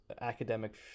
academic